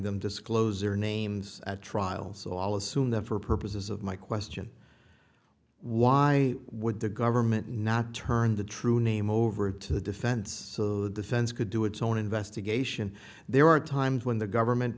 them disclose their names at trial so i'll assume that for purposes of my question why would the government not turn the true name over to the defense so the defense could do its own investigation there are times when the government